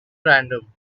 random